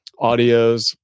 audios